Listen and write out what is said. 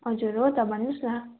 हजुर हो त भन्नुहोस् न